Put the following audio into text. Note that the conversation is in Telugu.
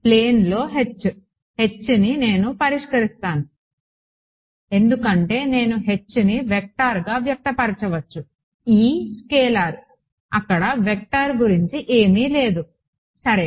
ప్లేన్లో H Hని నేను పరిష్కరిస్తాను ఎందుకంటే నేను Hని వెక్టార్గా వ్యక్తపరచవచ్చు E స్కేలార్ అక్కడ వెక్టార్ గురించి ఏమి లేదు సరే